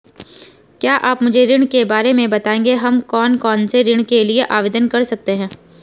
क्या आप मुझे ऋण के बारे में बताएँगे हम कौन कौनसे ऋण के लिए आवेदन कर सकते हैं?